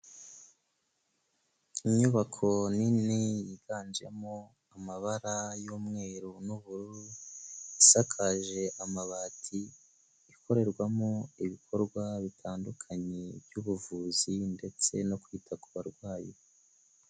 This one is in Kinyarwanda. Inyubako nini yiganjemo amabara y'umweru n'ubururu, isakaje amabati, ikorerwamo ibikorwa bitandukanye by'ubuvuzi ndetse no kwita ku barwayi.